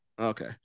Okay